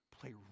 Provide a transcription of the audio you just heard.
play